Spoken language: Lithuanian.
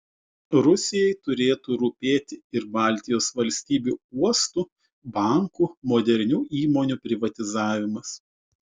rusijai turėtų rūpėti ir baltijos valstybių uostų bankų modernių įmonių privatizavimas